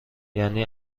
یعنی